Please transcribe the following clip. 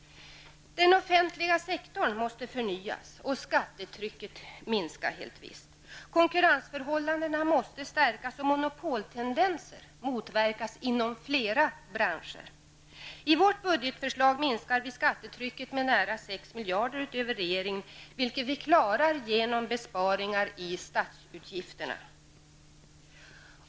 Den offentliga sektorn måste förnyas, och skattetrycket minska. Konkurrensförhållandena måste stärkas och monopoltendenser motverkas inom flera branscher. I vårt budgetförslag minskar vi skattetrycket med nära 6 miljarder utöver regeringens budgetförslag, vilket vi klarar genom besparingar i statsutgifterna.